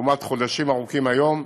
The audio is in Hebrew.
לעומת חודשים ארוכים היום,